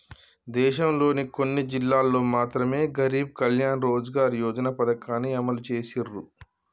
దేశంలోని కొన్ని జిల్లాల్లో మాత్రమె గరీబ్ కళ్యాణ్ రోజ్గార్ యోజన పథకాన్ని అమలు చేసిర్రు